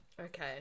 okay